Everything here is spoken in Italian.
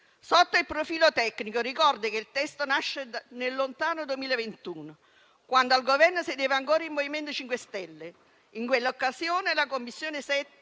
Sotto il profilo tecnico, ricordo che il testo nasce nel lontano 2021, quando al Governo sedeva ancora il MoVimento 5 Stelle. In quell'occasione la 7a Commissione,